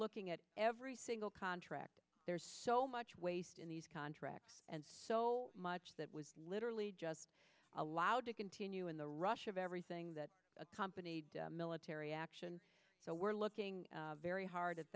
looking at every single contract there's so much waste in these contracts and so much that was literally just allowed to continue in the rush of everything that accompanied military action so we're looking very hard at